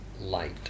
Light